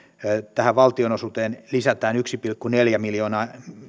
valtionosuuteen lisätään yksi pilkku neljä miljoonaa